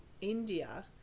India